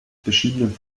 beschriebenen